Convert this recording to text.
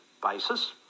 basis